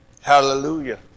Hallelujah